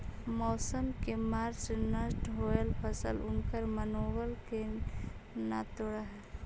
मौसम के मार से नष्ट होयल फसल उनकर मनोबल के न तोड़ हई